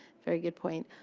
very good point.